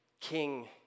King